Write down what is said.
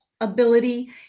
ability